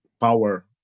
power